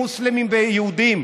מוסלמים ויהודים,